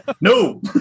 No